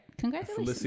congratulations